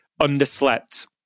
underslept